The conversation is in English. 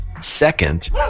Second